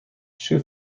shoe